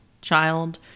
child